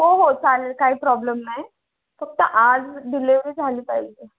हो हो चालेल काही प्रॉब्लेम नाही फक्त आज डिलेवरी झाली पाहिजे